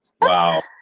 Wow